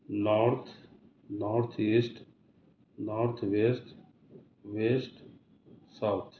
north north east north west west south